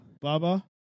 Baba